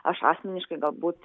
aš asmeniškai galbūt